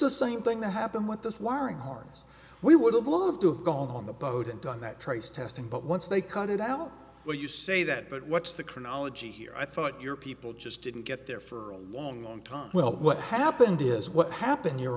the same thing that happened with this wiring harness we would have loved to have gone on the boat and done that trace testing but once they cut it out well you say that but what's the chronology here i thought your people just didn't get there for a long long time well what happened is what happened you